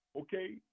Okay